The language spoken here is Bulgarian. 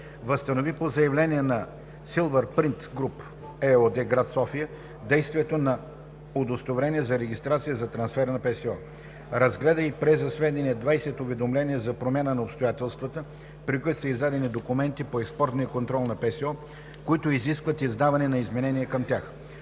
възстанови по заявление на „Силвърпринт груп“ ЕООД, град София, действието на удостоверение за регистрация за трансфер на ПСО; - разгледа и прие за сведение 20 уведомления за промяна на обстоятелствата, при които са издадени документи по експортния контрол на ПСО, които изискват издаване на изменения към тях;